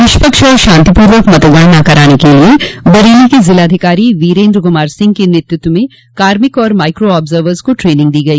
निष्पक्ष और शांतिपूर्वक मतगणना कराने के लिये बरेली के जिलाधिकारी वीरेन्द्र कुमार सिंह के नेतृत्व में कार्मिक और माइक्रो आर्ब्जवर को ट्रेनिंग दी गई